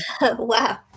Wow